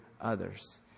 others